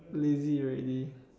lazy already